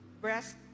breast